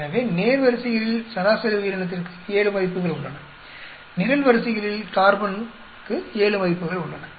எனவே நேர்வரிசைகளில் சராசரி உயிரினத்திற்கு 7 மதிப்புகள் உள்ளன நிரல்வரிசைகளில் கார்பனுக்கு 7 மதிப்புகள் உள்ளன